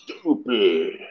stupid